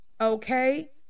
okay